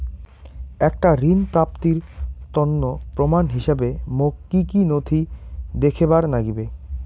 একটা ঋণ প্রাপ্তির তন্ন প্রমাণ হিসাবে মোক কী কী নথি দেখেবার নাগিবে?